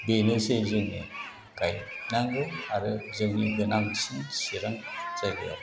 बेनोसै जोंनि गायनांगौ आरो जोंनि गोनांसिन चिरां जायगायाव